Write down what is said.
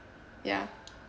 ya